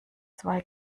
zwei